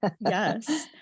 Yes